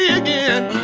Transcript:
again